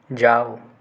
जाओ